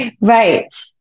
Right